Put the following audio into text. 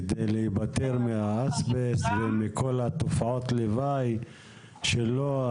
כדי להיפטר מהאסבסט וכל תופעות הלוואי שלו,